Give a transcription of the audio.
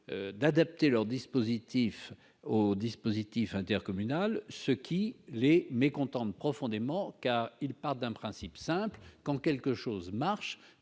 d'adapter leur dispositif au dispositif intercommunal, ce qui l'est mécontente profondément car il part d'un principe simple : quand quelque chose marche